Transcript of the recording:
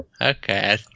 Okay